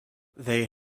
they